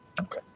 Okay